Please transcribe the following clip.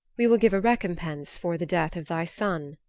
we will give a recompense for the death of thy son.